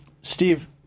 Steve